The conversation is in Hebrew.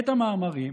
את המאמרים,